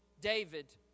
David